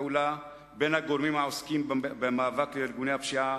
הפעולה בין הגורמים העוסקים במאבק בארגוני הפשיעה.